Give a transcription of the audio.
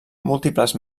múltiples